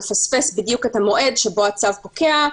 אם הוא מפספס בדיוק את המועד שבו הצד פוקע,